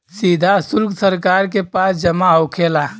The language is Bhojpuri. सीधा सुल्क सरकार के पास जमा होखेला